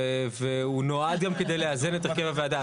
והוא נועד גם כדי לאזן את הרכב הוועדה.